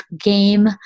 game